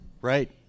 Right